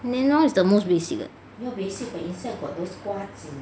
莲蓉 is the most basic [what]